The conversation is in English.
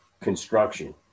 construction